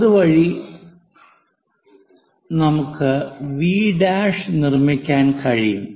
അതുവഴി നമുക്ക് V' V' നിർമ്മിക്കാൻ കഴിയും